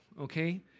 okay